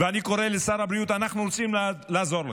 אני קורא לשר הבריאות: אנחנו רוצים לעזור לך.